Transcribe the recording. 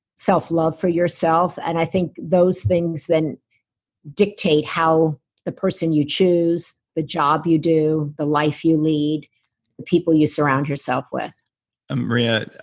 self-love for yourself, and i think those things then dictate how the person you chose, the job you do, the life you lead, the people you surround yourself with maria,